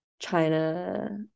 China